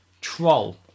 Troll